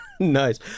Nice